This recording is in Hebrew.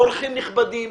אורחים נכבדים,